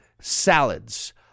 salads